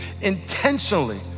intentionally